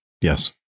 yes